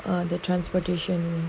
err the transportation